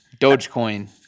Dogecoin